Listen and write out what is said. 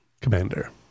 Commander